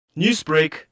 Newsbreak